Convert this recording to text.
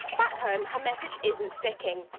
back home, her message isn't sticking.